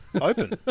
Open